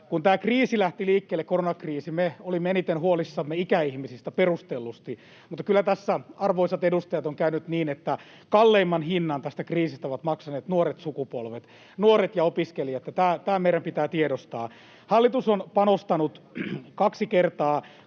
Kun tämä koronakriisi lähti liikkeelle, me olimme eniten huolissamme ikäihmisistä, perustellusti, mutta kyllä tässä, arvoisat edustajat, on käynyt niin, että kalleimman hinnan tästä kriisistä ovat maksaneet nuoret sukupolvet, nuoret ja opiskelijat. Tämä meidän pitää tiedostaa. Hallitus on panostanut kaksi kertaa